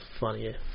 funny